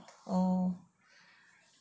orh